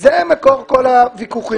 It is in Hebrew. זה מקור כל הוויכוחים פה.